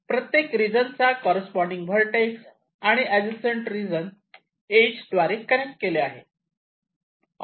प्रत्येक रिजन चा corresponding vertex आणि ऍड्जसन्ट रिजन इज द्वारे कनेक्ट केले आहे